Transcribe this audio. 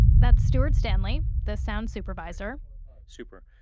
that's stuart stanley, the sound supervisor super.